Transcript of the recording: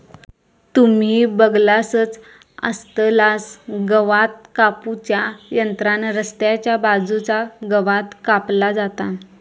तुम्ही बगलासच आसतलास गवात कापू च्या यंत्रान रस्त्याच्या बाजूचा गवात कापला जाता